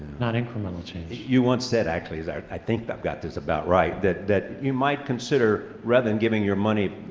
not incremental change. cr you once said, actually, as i think i've got this about right, that that you might consider, rather than giving your money,